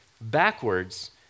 backwards